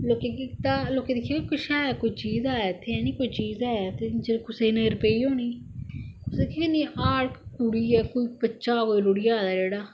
लोकें केह् कीता लोकें दिक्खेआ भाई किश ऐ कुछ कोई चीज ऐ इत्थै है नी कोई चीज ऐ इन्ने चिर कुसै दी नजर पेई होनी कुसै ने आक्खेआ कुड़ी ऐ बच्चा ऐ कोई रुढ़ी ऐ आएदा जेहड़ा